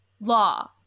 law